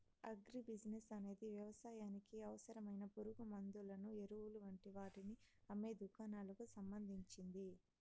agri business అనేది వ్యవసాయానికి అవసరమైన పురుగుమండులను, ఎరువులు వంటి వాటిని అమ్మే దుకాణాలకు సంబంధించింది